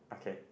okay